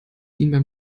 ihnen